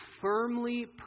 firmly